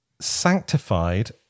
sanctified